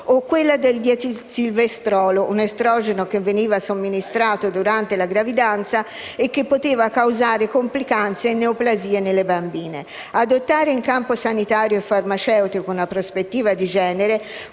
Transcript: o quella del dietilstilbestrolo, un estrogeno che veniva somministrato durante la gravidanza e che poteva causare complicanze e neoplasie nelle bambine. Adottare in campo sanitario e farmaceutico una prospettiva di genere